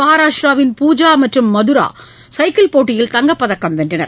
மகாராஷ்டிராவின் பூஜா மற்றும் மதரா சைக்கிள் போட்டியில் தங்கப்பதக்கம் வென்றனர்